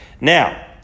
Now